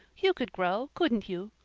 you could grow, couldn't you?